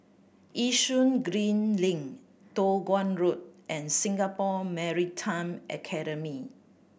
Yishun Green Link Toh Guan Road and Singapore Maritime Academy